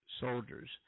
soldiers